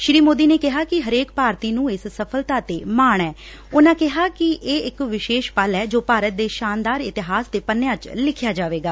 ਸੂੀ ਮੋਦੀ ਨੇ ਕਿਹਾ ਕਿ ਹਰੇਕ ਭਾਰਤੀ ਨੂੰ ਇਸ ਸਫ਼ਲਤਾ ਤੇ ਮਾਣ ਏ ਉਨੂਂ ਕਿਹਾ ਕਿ ਇਹ ਇਕ ਵਿਸ਼ੇਸ਼ ਪਲ ਐ ਜੋ ਭਾਰਤ ਦੇ ਸ਼ਾਨਦਾਰ ਇਤਿਹਾਸ ਦੇ ਪੰਨਿਆਂ ਤੇ ਲਿਖਿਆ ਜਾਵੇਗਾ